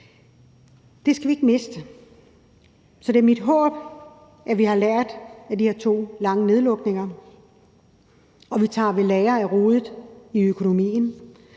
Det skal vi ikke miste, så det er mit håb, at vi har lært af de her to lange nedlukninger, og at vi tager ved lære af rodet i økonomien.